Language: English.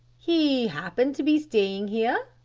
he happened to be staying here,